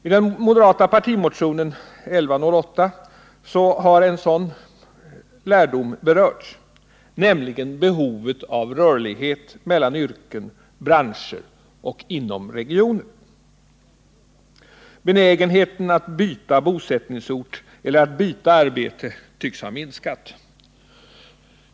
I den moderata partimotionen 1108 har en sådan lärdom berörts, nämligen behovet av rörlighet mellan yrken och branscher och inom regioner. Benägenheten att byta bosättningsort eller att byta arbete tycks ha minskat.